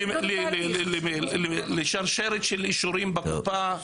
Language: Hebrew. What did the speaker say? ויכול להיכנס לשרשרת של אישורים בקופה,